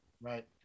Right